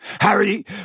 Harry